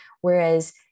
Whereas